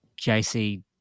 JC